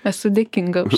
esu dėkinga už